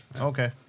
Okay